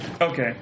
Okay